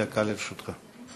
דקה לרשותך.